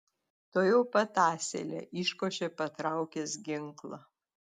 tuojau pat asile iškošė patraukęs ginklą